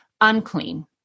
unclean